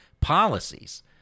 policies